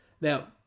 Now